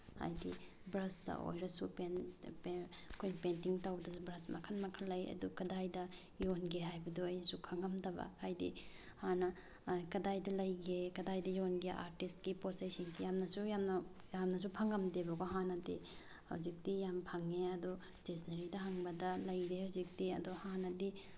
ꯍꯥꯏꯗꯤ ꯕ꯭ꯔꯁꯇ ꯑꯣꯏꯔꯁꯨ ꯑꯩꯈꯣꯏ ꯄꯦꯟꯇꯤꯡ ꯇꯧꯕꯗꯁꯨ ꯕ꯭ꯔꯁ ꯃꯈꯜ ꯃꯈꯜ ꯂꯩ ꯑꯗꯨ ꯀꯗꯥꯏꯗ ꯌꯣꯟꯒꯦ ꯍꯥꯏꯕꯗꯣ ꯑꯩꯁꯨ ꯈꯪꯉꯝꯗꯕ ꯍꯥꯏꯗꯤ ꯍꯥꯟꯅ ꯀꯗꯥꯏꯗ ꯂꯩꯒꯦ ꯀꯗꯥꯏꯗ ꯌꯣꯟꯒꯦ ꯑꯥꯔꯇꯤꯁꯀꯤ ꯄꯣꯠ ꯆꯩꯁꯤꯡꯁꯦ ꯌꯥꯝꯅꯁꯨ ꯌꯥꯝꯅ ꯌꯥꯝꯅꯁꯨ ꯐꯪꯉꯝꯗꯦꯕꯀꯣ ꯍꯥꯟꯅꯗꯤ ꯍꯧꯖꯤꯛꯇꯤ ꯌꯥꯝ ꯐꯪꯉꯦ ꯑꯗꯨ ꯏꯁꯇꯦꯁꯟꯅꯔꯤꯗ ꯍꯪꯕꯗ ꯂꯩꯔꯦ ꯍꯧꯖꯤꯛꯇꯤ ꯑꯗꯣ ꯍꯥꯟꯅꯗꯤ